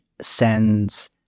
sends